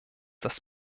das